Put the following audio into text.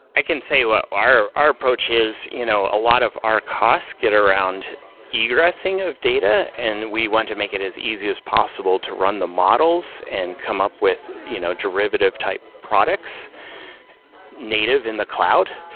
i can say our our approach is you know a lot of our costs get around egressing of data and we want to make it as easy as possible to run the models and come up with you know derivative type products native in the cloud.